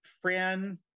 Fran